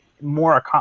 more